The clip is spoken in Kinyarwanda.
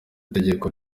itegeko